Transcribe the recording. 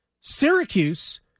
Syracuse